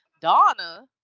Donna